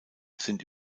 sind